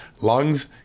lungs